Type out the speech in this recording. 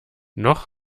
noch